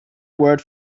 word